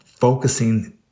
Focusing